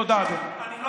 תודה, אדוני.